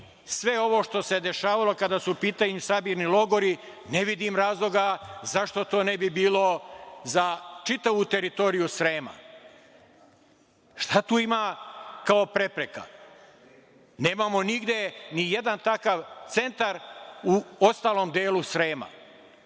sve ovo što se dešavalo, kada su u pitanju sabirni logori, ne vidim razloga zašto to ne bi bilo za čitavu teritoriju Srema? Šta tu ima kao prepreka? Nemamo nigde nijedan takav centar u ostalom delu Srema. Možda